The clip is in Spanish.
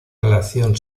relación